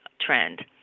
trend